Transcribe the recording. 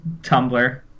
tumblr